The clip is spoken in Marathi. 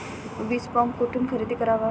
वीजपंप कुठून खरेदी करावा?